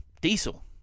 diesel